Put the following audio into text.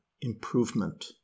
improvement